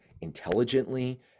intelligently